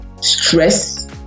stress